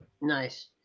Nice